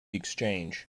exchange